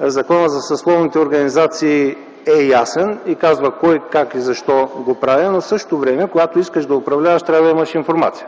Законът за съсловните организации е ясен и казва кой и защо го прави. В същото време, когато искаш да управляваш, трябва да имаш информация.